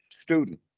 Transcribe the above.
student